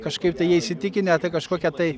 kažkaip tai jie įsitikinę tai kažkokia tai